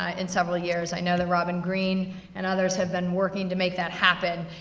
ah in several years. i know that robyn greene and others have been working to make that happen.